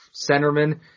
centerman